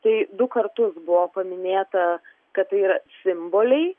tai du kartus buvo paminėta kad tai yra simboliai